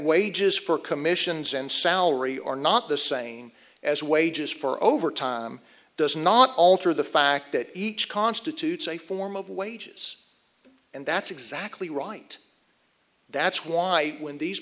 wages for commissions and salary are not the same as wages for overtime does not alter the fact that each constitutes a form of wages and that's exactly right that's why when these